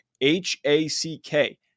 H-A-C-K